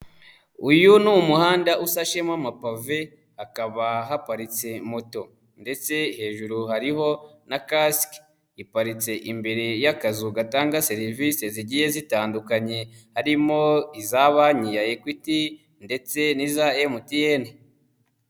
Uyu ni umuhanda usashemo amapave hakaba haparitse moto ndetse hejuru hariho na kasike, iparitse imbere y'akazu gatanga serivise zigiye zitandukanye harimo iza banki ya Equit ndetse n'iza MTN.